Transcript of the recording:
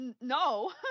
no